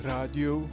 Radio